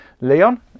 leon